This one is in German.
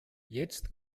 jetzt